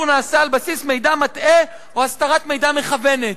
נעשה על בסיס מידע מטעה או הסתרת מידע מכוונת.